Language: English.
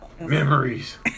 Memories